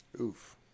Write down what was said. oof